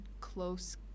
close